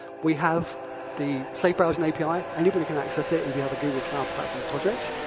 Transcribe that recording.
we have the safe browsing api. like anybody can access it if you have a google cloud platform project,